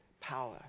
power